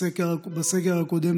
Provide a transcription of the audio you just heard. בסגר הקודם,